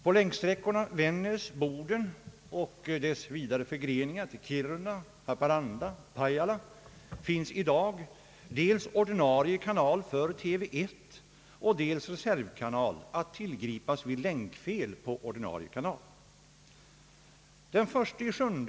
På länksträckorna Vännäs—Boden och de vidare förgreningarna till Kiruna respektive Haparanda och Pajala finns i dag dels ordinarie kanal för TV 1 och dels reservkanal att tillgripa vid länkfel på ordinarie kanal.